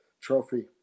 trophy